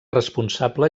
responsable